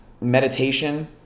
meditation